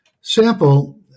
sample